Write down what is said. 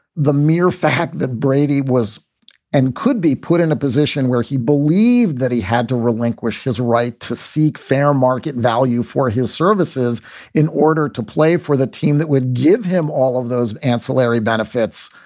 the mere fact that brady was and could be put in a position where he believed that he had to relinquish his right to seek fair market value for his services in order to play for the team that would give him all of those ancillary benefits,